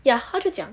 ya 他就讲